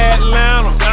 Atlanta